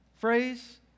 phrase